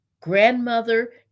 grandmother